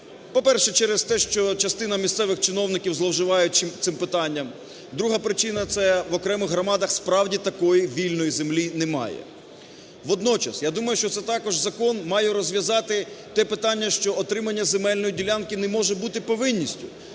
По-перше, через те, що частина місцевих чиновників зловживають цим питанням. Друга причина – це в окремих громадах, справді, такої вільної землі немає. Водночас, я думаю, що це також закон має розв'язати те питання, що отримання земельної ділянки не може бути повинністю.